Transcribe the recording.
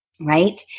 right